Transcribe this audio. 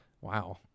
Wow